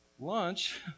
lunch